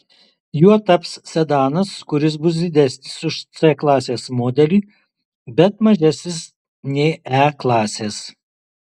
juo taps sedanas kuris bus didesnis už c klasės modelį bet mažesnis nei e klasės